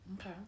Okay